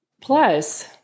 Plus